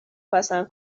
پسند